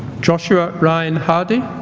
joshua ryan hardy